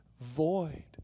void